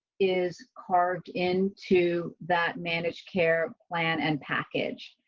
is carved into that managed care plan and package.